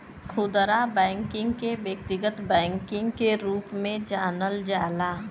खुदरा बैकिंग के व्यक्तिगत बैकिंग के रूप में जानल जाला